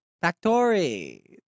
Factory